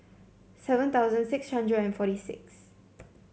seven thousand six hundred and forty six